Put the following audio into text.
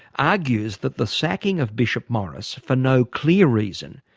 argues that the sacking of bishop morris for no clear reason,